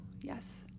Yes